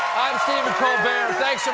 i'm stephen colbert.